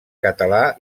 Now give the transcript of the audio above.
català